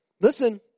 listen